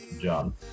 John